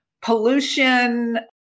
pollution